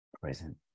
present